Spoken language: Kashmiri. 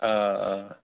آ آ